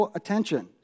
attention